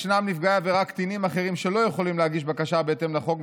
ישנם נפגעי עבירה קטינים אחרים שלא יכולים להגיש בקשה בהתאם לחוק,